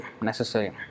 necessary